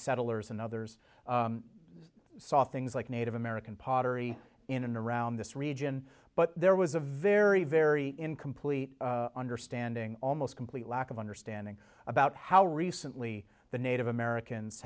settlers and others saw things like native american pottery in and around this region but there was a very very incomplete understanding almost complete lack of understanding about how recently the native americans